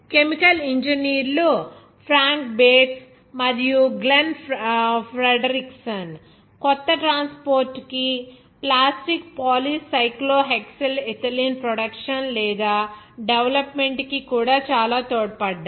chemical ఇంజనీర్లు Frank Bates మరియు Glenn Fredrickson కొత్త ట్రాన్స్పోర్ట్ కి plastic polycyclohexylethylene production లేదా డెవలప్మెంట్ కి కూడా చాలా తోడ్పడ్డారు